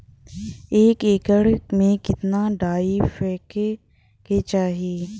एक एकड़ में कितना डाई फेके के चाही?